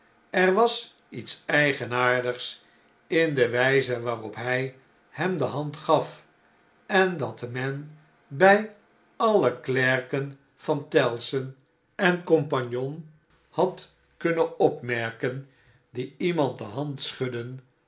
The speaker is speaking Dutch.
er was iets eigenaardigs in de wijze waarop hij hem de hand gaf en dat men bij alle klerken van tellson en cie had kunnen opmerken die iemand de hand schudden